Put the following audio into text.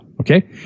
Okay